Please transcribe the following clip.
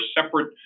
separate